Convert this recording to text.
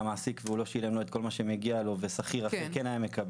המעסיק והוא לא שילם לו את כל מה שמגיע לו ששכיר דווקא כן היה מקבל,